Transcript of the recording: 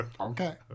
Okay